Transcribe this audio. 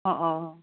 অ অ